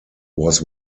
was